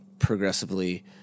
progressively